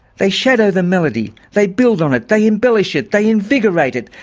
they shadow the melody, they build on it, they embellish it, they invigorate it,